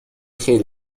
خیلی